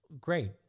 great